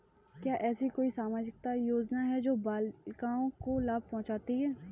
क्या ऐसी कोई सामाजिक योजनाएँ हैं जो बालिकाओं को लाभ पहुँचाती हैं?